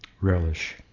relish